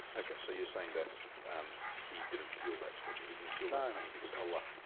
okay, so you're saying that um he didn't feel that torture. he didn't feel that i and i mean because allah